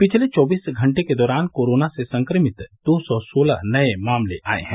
पिछले चौबीस घंटे के दौरान कोरोना से संक्रमित दो सौ सोलह नये मामले आये हैं